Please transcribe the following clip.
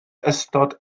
ystod